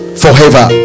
forever